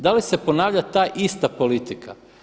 Da li se ponavlja ta ista politika?